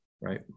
right